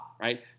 right